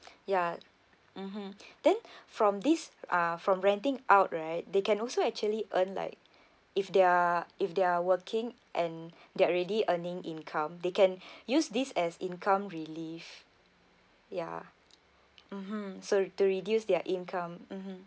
ya mmhmm then from this uh from renting out right they can also actually earn like if they're if they're working and they're already earning income they can use this as income relief ya mmhmm so to reduce their income mmhmm